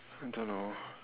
I don't know